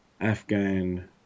Afghan